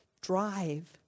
drive